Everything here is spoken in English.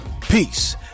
Peace